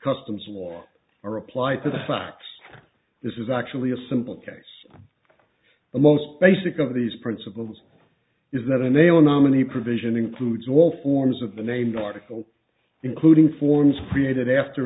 customs law are applied to the facts this is actually a simple case the most basic of these principles is that a nail nominee provision includes all forms of the named article including forms created after